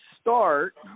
start